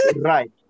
Right